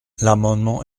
l’amendement